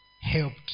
helped